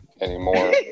anymore